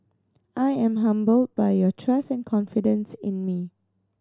I am humbled by your trust and confidence in me